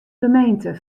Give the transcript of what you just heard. gemeente